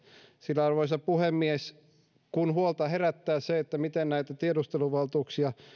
sillä arvoisa puhemies kun huolta herättää se miten näitä tiedusteluvaltuuksia